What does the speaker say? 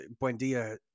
Buendia